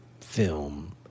film